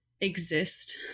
exist